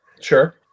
sure